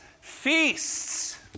feasts